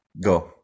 go